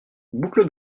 boucle